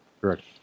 Correct